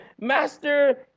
Master